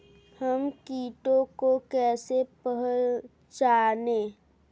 हम कीटों को कैसे पहचाने?